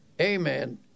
Amen